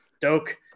Doke